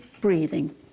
breathing